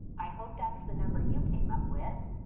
i hope that's the number you came up with.